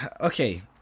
Okay